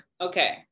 Okay